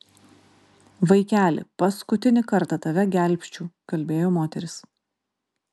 vaikeli paskutinį kartą tave gelbsčiu kalbėjo moteris